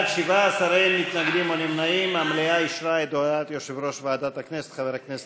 התשע"ה 2015, מוועדת החוקה, חוק